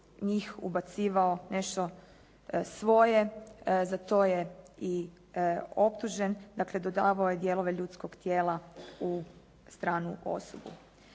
njih ubacivao nešto svoje. Za to je i optužen. Dakle dodavao je dijelove ljudskog tijela u stranu osobu.